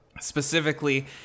specifically